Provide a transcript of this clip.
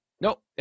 nope